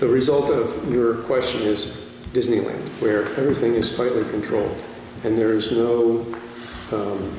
the result of your question is disneyland where everything is tightly controlled and there is no